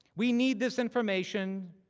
we need this information,